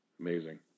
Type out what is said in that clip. Amazing